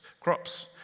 crops